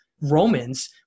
Romans